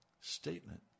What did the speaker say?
statement